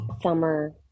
summer